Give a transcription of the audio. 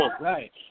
Right